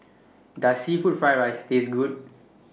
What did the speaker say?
Does Seafood Fried Rice Taste Good